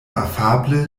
afable